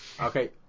Okay